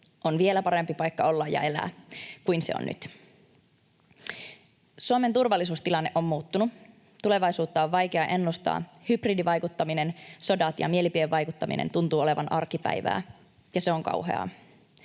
on vielä parempi paikka olla ja elää kuin se on nyt. Suomen turvallisuustilanne on muuttunut. Tulevaisuutta on vaikea ennustaa, hybridivaikuttaminen, sodat ja mielipidevaikuttaminen tuntuvat olevan arkipäivää, ja se on kauheaa.